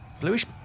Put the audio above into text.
bluish